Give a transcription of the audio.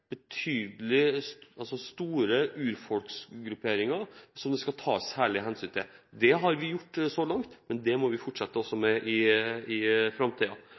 store urfolksgrupperinger som man skal ta særlig hensyn til. Det har man gjort så langt, og det må vi også fortsette med i